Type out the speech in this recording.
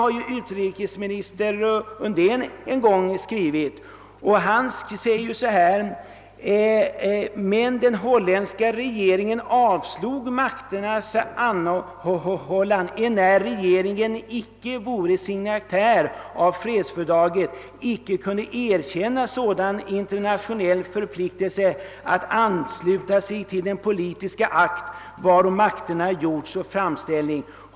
Förre utrikesminister Undén har i en uppsats behandlat dessa händelser och skrivit att den holländska regeringen avslog segermakternas anhållan, enär regeringen icke vore signatär av fredsfördraget och icke kunde erkänna någon internationell förpliktelse att ansluta sig till den politiska akt på vilken makterna grundade sin framställning.